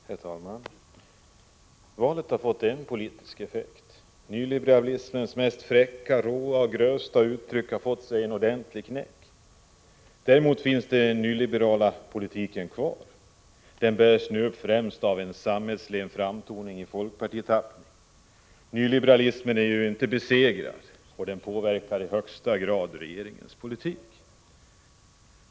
Herr talman! Valet har fått en politisk effekt: nyliberalismens fräckaste, råaste och grövsta uttryck har fått sig en ordentlig knäck. Däremot finns den nyliberala politiken kvar. Den har nu givits en sammetslen framtoning i folkpartitappning. Nyliberalismen är inte besegrad och den påverkar i högsta grad regeringens politik.